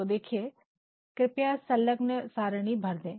तो देखिए 'कृपया संलग्न प्रश्न सारणी भर दे'